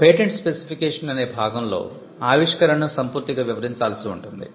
patent specification అనే భాగంలో ఆవిష్కరణను సంపూర్తిగా వివరించాల్సి ఉంటుంది